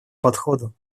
подходу